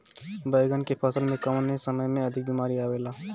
बैगन के फसल में कवने समय में अधिक बीमारी आवेला?